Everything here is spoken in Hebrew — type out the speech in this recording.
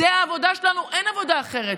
זו העבודה שלנו, אין עבודה אחרת.